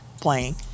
playing